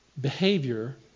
Behavior